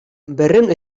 berrehun